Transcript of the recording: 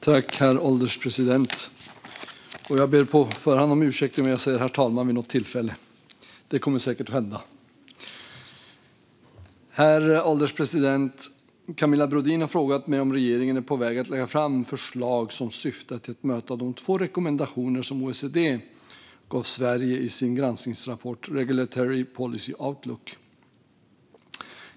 Herr ålderspresident! Jag ber på förhand om ursäkt om jag säger "herr talman" vid något tillfälle; det kommer säkert att hända. Herr ålderspresident! Camilla Brodin har frågat mig om regeringen är på väg att lägga fram förslag som syftar till att möta de två rekommendationer som OECD gav Sverige i sin granskningsrapport Regulatory Policy Outlook .